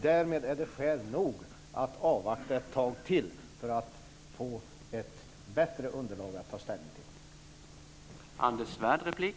Det är skäl nog att avvakta ett tag till för att få ett bättre underlag att ta ställning till.